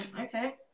okay